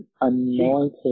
Anointed